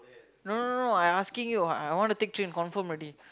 no no no I asking you I want to take train confirm already